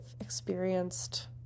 experienced